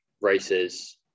races